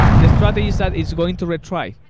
the strategy is that it's going to retry.